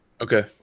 Okay